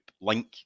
link